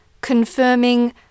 confirming